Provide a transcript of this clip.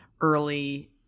early